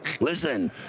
Listen